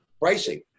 pricing